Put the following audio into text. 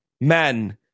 men